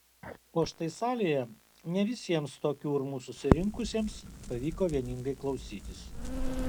o štai salėje ne visiems tokiu urmu susirinkusiems pavyko vieningai klausytis